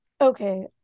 Okay